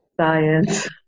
science